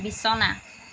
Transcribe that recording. বিছনা